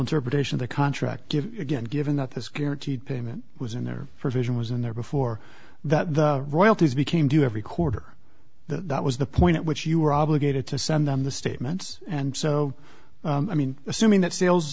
interpretation of the contract give again given that this guaranteed payment was in there for vision was in there before that the royalties became to every quarter that was the point at which you were obligated to send them the statements and so i mean assuming that